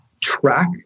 track